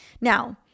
Now